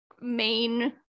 main